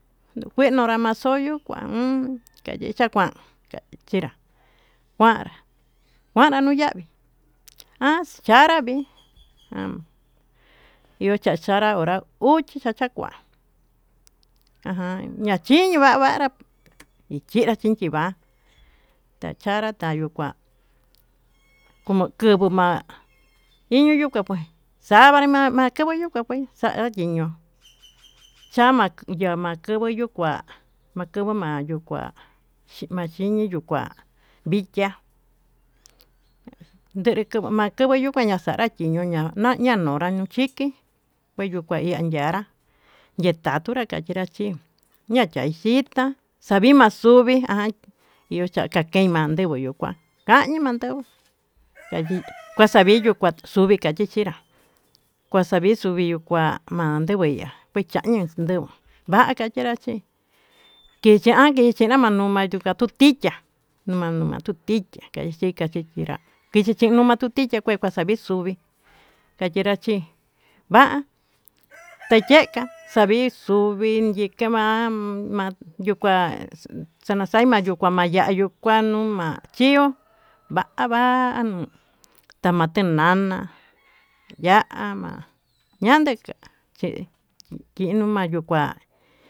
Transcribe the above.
Nduu kuenra maxoyo kuá ummm kaye chakuan ka'a chenrá kuanrá, kuanra nuu yavii anx chanraví an chachanra unra uchí cha chanrá kua jan ñachinri vavanrá, vichinrá chinchi va'a tachanra tayuu kuá komo kuvuu ma'a iño'o yuu kue kué xavanru maa'a kakayu kua kuei xa'a nrá niño'o cha'a yama'a kamayuu kuá makama yuu kuá chima chiñii yuu kuá villa ndere makeyeyu kuaya xanrachí ñuña nañonra ñuu kike kuanyu kuayuu kianrá yetatunra kachetenrá chí ñaya'a yitá xami vaxumi taí icha kankema'a kuanre yuu kuán, kaye mandenguá yayii kua xaviyu kuua xuvií kuá yachachinra kua xavii xuu vió kua mandeviyá vichañi kuandenguó, va'a kachenrá chí keyan chichenr amayuman yuu ngatutiya'á manuu matutiya key xhika xhiyenrá kixhi chinuma'a tutiyá kue kaxa'a mii xuvii kayenrá chí, ma'a teyeka xavii xuvinyí kema'a mayukuá tayaxaiya mayukua kua nuu ma'a chíno, va'a va'a nuu tama tenana ya'á ma'a mandeca chí kinuu mayuu kuá.